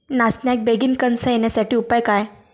नाचण्याक बेगीन कणसा येण्यासाठी उपाय काय?